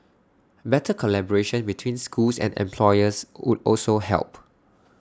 better collaboration between schools and employers would also help